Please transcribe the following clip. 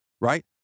right